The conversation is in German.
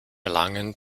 erlangen